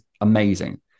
amazing